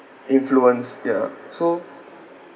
influence ya so